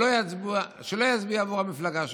שלא יצביע עבור המפלגה שלו.